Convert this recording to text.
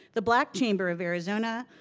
the black chamber of arizona,